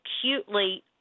acutely